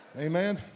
Amen